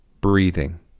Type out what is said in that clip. breathing